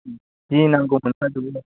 जि नांगौ मोनखा जोबो